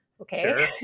okay